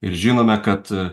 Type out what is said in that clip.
ir žinome kad